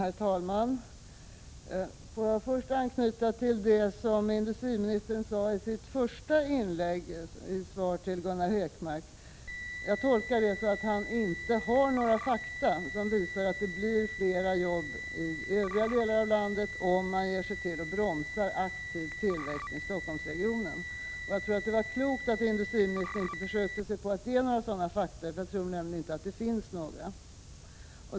Herr talman! Jag vill först anknyta till det som industriministern sade i sitt första inlägg, svaret till Gunnar Hökmark. Jag tolkar det som att han inte har några fakta som visar att det blir fler jobb i övriga delar av landet om man ger sig till att aktivt bromsa tillväxten i Stockholmsregionen. Jag tror att det var klokt att industriministern inte försökte sig på att ge några sådana fakta. Jag tror nämligen inte att det finns några.